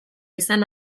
izan